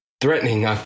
threatening